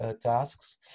tasks